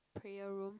prayer room